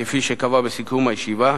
כפי שקבע בסיכום הישיבה,